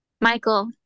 Michael